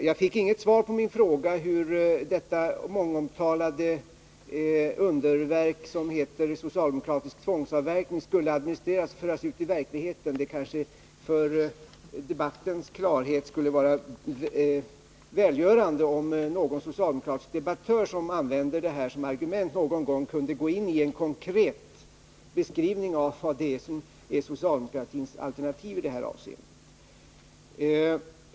Jag fick inget svar på min fråga hur det mångomtalade socialdemokratiska underverk som heter tvångsavverkning skulle administreras och föras ut i verkligheten. Det skulle för debattens klarhet vara välgörande om någon socialdemokratisk debattör som för fram tvångsavverkning som argument någon gång kunde ge en konkret beskrivning av vad detta socialdemokratins alternativ innebär.